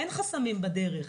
אין חסמים בדרך.